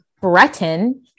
breton